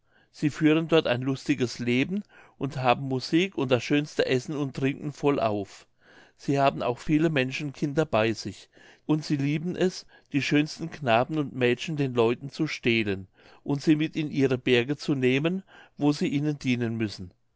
sie führen dort ein lustiges leben und haben musik und das schönste essen und trinken vollauf sie haben auch viele menschenkinder bei sich und sie lieben es die schönsten knaben und mädchen den leuten zu stehlen und sie mit in ihre berge zu nehmen wo sie ihnen dienen müssen